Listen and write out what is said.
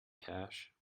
cash